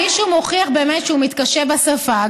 אם מישהו מוכיח באמת שהוא מתקשה בשפה,